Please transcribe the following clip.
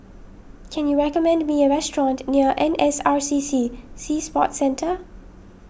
can you recommend me a restaurant near N S R C C Sea Sports Centre